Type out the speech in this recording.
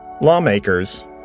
Lawmakers